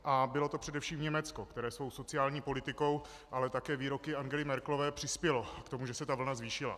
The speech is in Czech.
A bylo to především Německo, které svou sociální politikou, ale také výroky Angely Merkelové přispělo k tomu, že se ta vlna zvýšila.